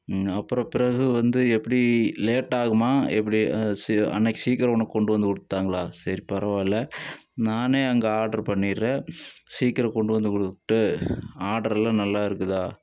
அப்புறோம் பிறகு வந்து எப்படி லேட் ஆகுமா எப்படி சீ அன்றைக்கி சீக்கிரம் உனக்கு கொண்டு வந்து கொடுத்தாங்களா சரி பரவாயில்ல நானே அங்கே ஆர்டர் பண்ணிடறேன் சீக்கிரம் கொண்டு வந்து விட்டு ஆர்டரெலாம் நல்லா இருக்குதா